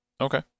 okay